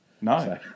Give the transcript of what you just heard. No